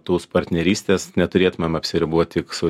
tos partnerystės neturėtumėm apsiribot tik su